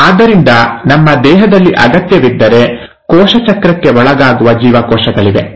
ಆದ್ದರಿಂದ ನಮ್ಮ ದೇಹದಲ್ಲಿ ಅಗತ್ಯವಿದ್ದರೆ ಕೋಶ ಚಕ್ರಕ್ಕೆ ಒಳಗಾಗುವ ಜೀವಕೋಶಗಳಿವೆ